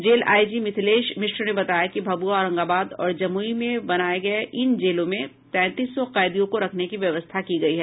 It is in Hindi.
जेल आईजी मिथलेश मिश्र ने बताया कि भभुआ औरंगाबाद और जमुई में बनाये इन जेलों में तैंतीस सौ कैदियों को रखने की व्यवस्था की गयी है